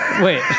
wait